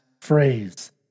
phrase